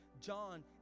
John